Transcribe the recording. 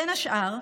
בין השאר,